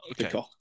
Okay